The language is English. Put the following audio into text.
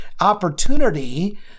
opportunity